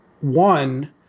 one